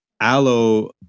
Aloe